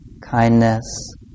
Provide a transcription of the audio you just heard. kindness